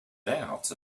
doubts